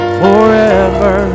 forever